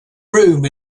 room